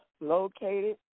located